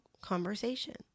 conversation